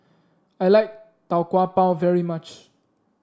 I like Tau Kwa Pau very much